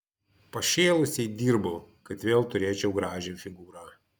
pašėlusiai dirbau kad vėl turėčiau gražią figūrą